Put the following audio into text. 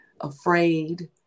Afraid